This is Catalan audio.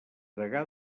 degà